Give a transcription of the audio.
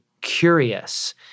curious